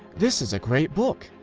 this is a great book,